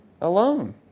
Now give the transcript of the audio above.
alone